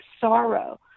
sorrow